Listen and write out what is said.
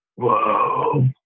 whoa